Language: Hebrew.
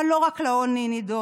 אבל לא רק לעוני נידונו,